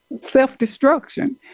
self-destruction